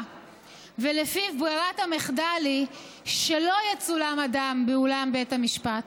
שלפיו ברירת המחדל היא שלא יצולם אדם באולם בית המשפט.